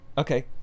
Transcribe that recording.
okay